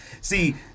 See